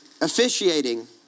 officiating